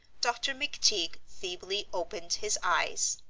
dr. mcteague feebly opened his eyes.